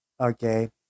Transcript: okay